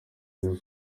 asize